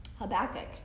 Habakkuk